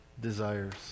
desires